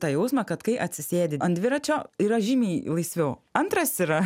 tą jausmą kad kai atsisėdi ant dviračio yra žymiai laisviau antras yra